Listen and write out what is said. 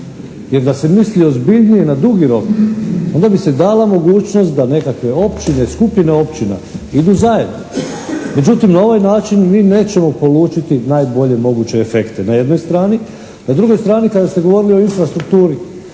Jer da se misli ozbiljnije na dugi rok onda bi se dala mogućnost da nekakve općine, skupine općina idu zajedno. Međutim, na ovaj način mi nećemo polučiti najbolje moguće efekte na jednoj strani. Na drugoj strani kada ste govorili o infrastrukturi